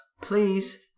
please